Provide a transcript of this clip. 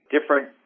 different